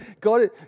God